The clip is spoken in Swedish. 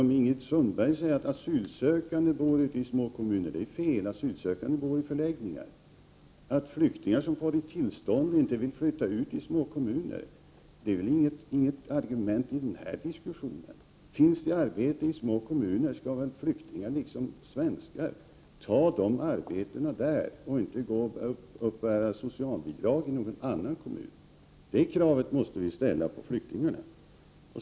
Ingrid Sundberg säger att asylsökande bor ute i småkommuner, men det är fel. Asylsökande bor i förläggningar. Att säga att flyktingar som har fått sitt tillstånd inte vill flytta ut till små kommuner är väl inget argument i den här diskussionen. Finns det arbete i små kommuner, skall väl flyktingar — liksom svenskar — ta de arbeten som finns där i stället för att uppbära socialbidrag i någon annan kommun. Det kravet måste vi ställa på flyktingarna.